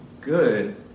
good